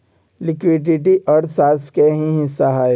liquidity अर्थशास्त्र के ही हिस्सा हई